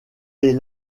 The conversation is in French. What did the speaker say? les